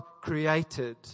created